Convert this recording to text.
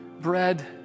bread